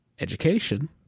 education